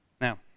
Now